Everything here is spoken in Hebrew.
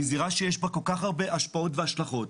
היא זירה שיש בה כל כך הרבה השפעות והשלכות.